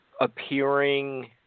appearing